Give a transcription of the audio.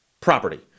Property